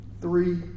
Three